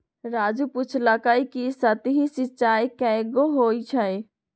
राजू पूछलकई कि सतही सिंचाई कैगो होई छई